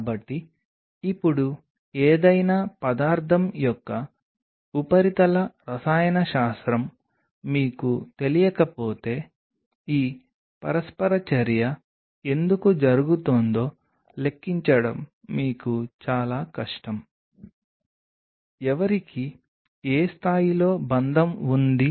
కాబట్టి సాధారణంగా poly D lysine కోసం ఏకాగ్రత ఉపయోగించబడుతుంది ఇది చాలా తక్కువ గాఢత మరియు కొన్ని ప్రచురణ సాహిత్యం ద్వారా నేను అందించే ఖచ్చితమైన ఏకాగ్రత తక్కువ వైపు ఉండాలి